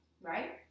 right